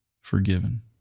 forgiven